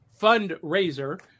fundraiser